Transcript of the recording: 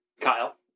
Kyle